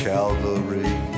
Calvary